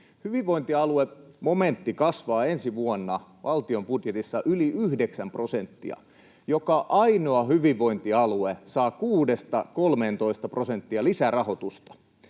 Hyvinvointialuemomentti kasvaa ensi vuonna valtion budjetissa yli yhdeksän prosenttia, joka ainoa hyvinvointialue saa 6—13 prosenttia lisärahoitusta.